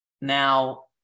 Now